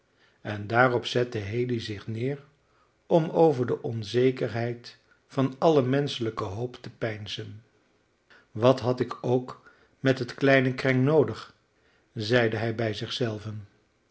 en daarop zette haley zich neer om over de onzekerheid van alle menschelijke hoop te peinzen wat had ik ook met het kleine kreng noodig zeide hij bij